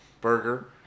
Burger